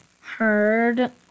heard